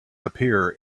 appear